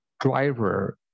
driver